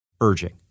urging